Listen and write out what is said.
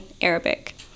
Arabic